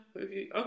okay